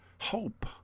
Hope